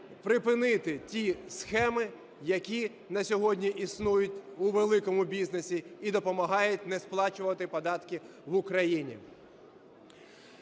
припинити ті схеми, які на сьогодні існують у великому бізнесі і допомагають не сплачувати податки в Україні.